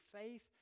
faith